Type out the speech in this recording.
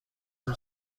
اون